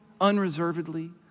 Unreservedly